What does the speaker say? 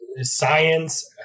science